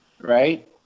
right